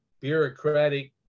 bureaucratic